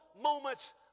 moments